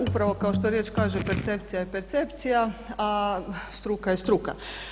Upravo kao što riječ kaže percepcija je percepcija a struka je struka.